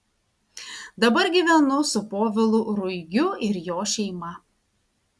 dabar gyvenu su povilu ruigiu ir jo šeima